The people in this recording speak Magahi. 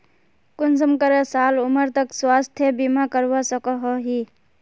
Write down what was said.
कुंसम करे साल उमर तक स्वास्थ्य बीमा करवा सकोहो ही?